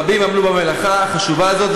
רבים עמלו במלאכה החשובה הזאת,